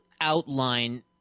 outline